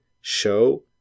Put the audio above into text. show